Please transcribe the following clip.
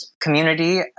community